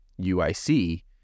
UIC